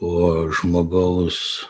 o žmogaus